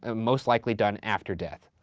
ah most likely done after death.